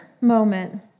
moment